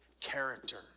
character